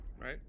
Right